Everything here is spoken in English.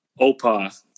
Opa